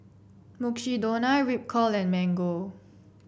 Mukshidonna Ripcurl and Mango